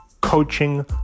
coaching